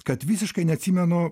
kad visiškai neatsimenu